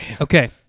Okay